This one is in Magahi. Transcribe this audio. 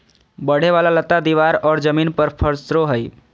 बढ़े वाला लता दीवार और जमीन पर पसरो हइ